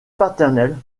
paternel